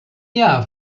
jahr